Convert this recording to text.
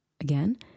Again